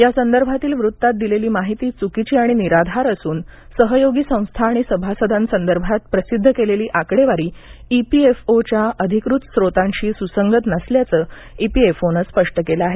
या संदर्भातील वृत्तात दिलेली माहिती चुकीची आणि निराधार असून सहयोगी संस्था आणि सभासदांसंदर्भात प्रसिद्ध केलेली आकडेवारी ई पी एफ ओ च्या अधिकृत स्रोतांशी सुसंगत नसल्याचं इपीएफओनं स्पष्ट केलं आहे